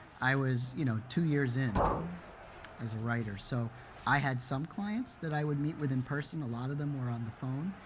i was you know two years in as a writer. so i had some clients that i would meet with in person. a lot of them were on the phone.